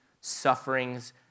sufferings